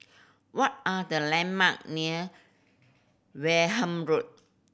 what are the landmark near Wareham Road